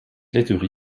laiterie